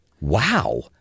Wow